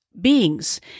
beings